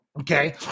okay